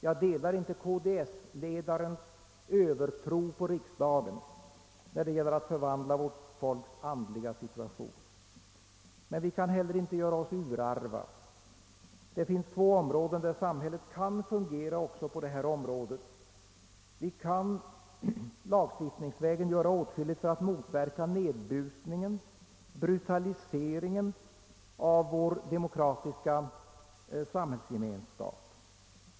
Jag delar inte KDS-ledarens övertro på riksdagen, när det gäller att förvandla vårt folks andliga situation. Men vi kan heller inte göra oss urarva. Det finns två områden där samhället kan fungera också här. Vi kan lagstiftningsvägen göra åtskilligt för att motverka nedbusningen, brutaliseringen av vår demokratiska samhällsgemenskap.